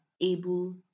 able